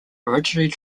originally